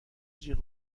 جیغ